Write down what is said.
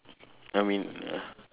I mean ya